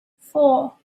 four